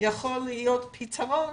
יכול להיות פתרון.